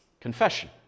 Confession